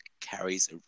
carries